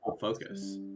focus